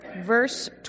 Verse